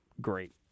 great